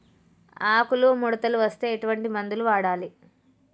ఆకులు ముడతలు వస్తే ఎటువంటి మందులు వాడాలి?